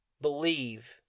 Believe